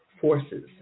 forces